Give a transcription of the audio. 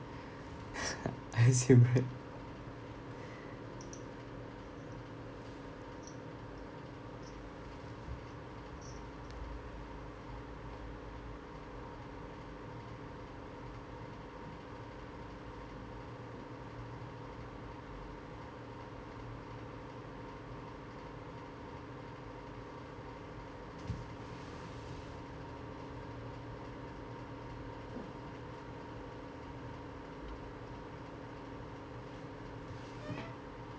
I assume right